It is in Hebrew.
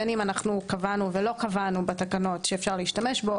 בין אם קבענו ולא קבענו בתקנות שאפשר להשתמש בו,